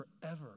forever